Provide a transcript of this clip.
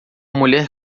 mulher